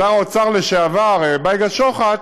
שר האוצר לשעבר בייגה שוחט,